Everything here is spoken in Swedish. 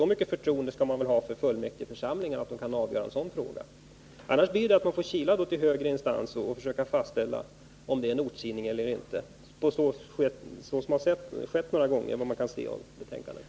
Så mycket förtroende skall vi väl ha för fullmäktigeförsamlingarna att de kan få avgöra en sådan fråga. Annars blir resultatet att de får gå till högre instans för att få fastställt om en tidning är ortstidning eller inte — så som har skett några gånger enligt vad man kan se av betänkandet.